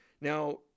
Now